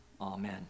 Amen